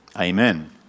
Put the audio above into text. Amen